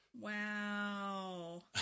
Wow